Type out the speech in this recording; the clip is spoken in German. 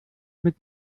mit